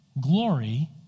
glory